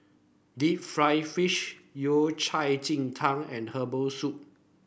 Deep Fried Fish Yao Cai Ji Tang and Herbal Soup